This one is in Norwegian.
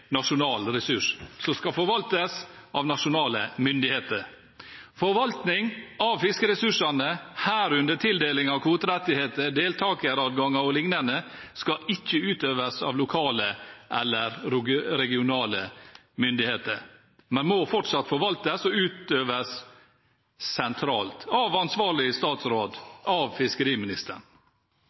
nasjonal ressurs som skal forvaltes av nasjonale myndigheter. Forvaltning av fiskeressursene, herunder tildeling av kvoterettigheter, deltakeradganger og liknende skal ikke utøves av lokale eller regionale myndigheter, men må fortsatt forvaltes og utøves sentralt av ansvarlig statsråd, av fiskeriministeren.